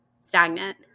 stagnant